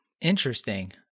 Interesting